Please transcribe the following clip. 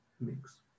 mix